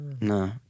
No